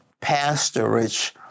pastorage